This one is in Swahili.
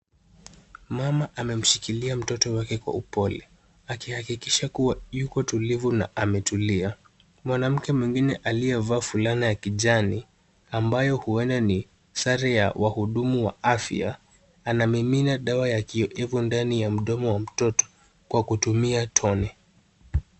Mama amemshikilia mtoto wake kwa upole akihakikisha kuwa yuko tulivu na ametulia. Mwanamke mwingine aliyevaa fulana ya kijani ambaye huenda ni sare ya wahudumu wa afya anamimina dawa ya kioevu ndani ya mdomo wa mtoto kwa kutumia tone.